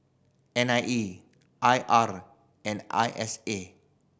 N I E I R and I S A